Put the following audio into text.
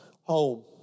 home